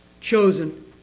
chosen